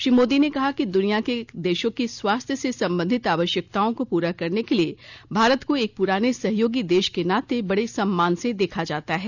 श्री मोदी ने कहा कि दुनिया के देशों की स्वास्थ्य से संबंधित आवश्यकताओं को पूरा करने के लिए भारत को एक पूराने सहयोगी देश के नाते बडे सम्मान से देखा जाता है